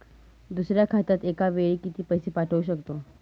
दुसऱ्या खात्यात एका वेळी किती पैसे पाठवू शकतो?